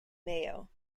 mayo